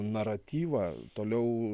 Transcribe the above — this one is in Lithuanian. naratyvą toliau